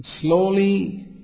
Slowly